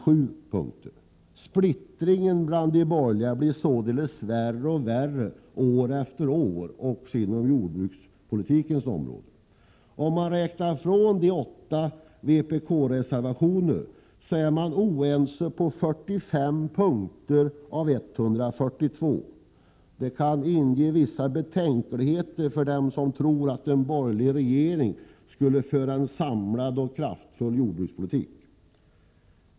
Splittringen bland de borgerliga blir således värre och värre år efter år också inom jordbrukspolitikens område. Om man räknar bort de åtta vpk-reservationerna, så är de oense på 45 punkter av 142. Detta kan inge vissa betänkligheter för den som tror att en borgerlig regering skulle föra en samlad och kraftfull jordbrukspolitik.